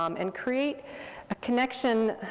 um and create a connection,